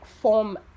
form